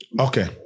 Okay